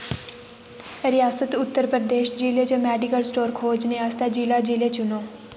रियासत उत्तर प्रदेश जि'ले च मैडिकल स्टोर खोजने आस्तै जि'ला जि'ले चुनो